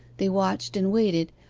they watched and waited,